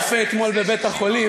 הרופא אתמול בבית-החולים,